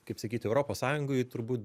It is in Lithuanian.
kaip sakyt europos sąjungoj turbūt